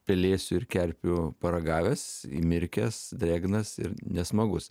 pelėsių ir kerpių paragavęs įmirkęs drėgnas ir nesmagus